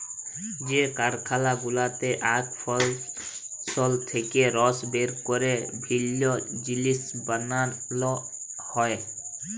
যে কারখালা গুলাতে আখ ফসল থেক্যে রস বের ক্যরে বিভিল্য জিলিস বানাল হ্যয়ে